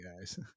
guys